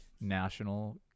national